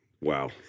wow